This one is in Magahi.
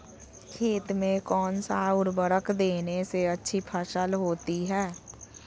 खेत में कौन सा उर्वरक देने से अच्छी फसल होती है?